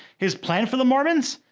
his plan for the mormons?